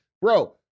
bro